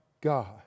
God